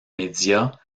médias